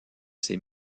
ses